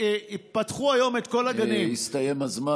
פתחו היום את כל הגנים, הסתיים הזמן.